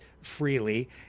freely